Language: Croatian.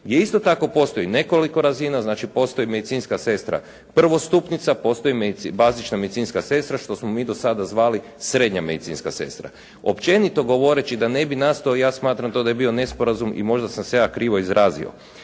isto tako postoji nekoliko razina. Znači postoji medicinska sestra prvostupnica, postoji bazična medicinska sestra što smo mi do sada zvali srednje medicinska sestra. Općenito govoreći, da ne bi nastao ja smatram to da je bio nesporazum i možda sam se ja krivo izrazio.